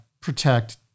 protect